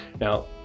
Now